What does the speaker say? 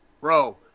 bro